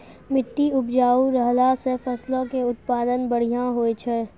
मट्टी उपजाऊ रहला से फसलो के उत्पादन बढ़िया होय छै